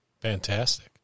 Fantastic